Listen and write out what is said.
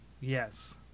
Yes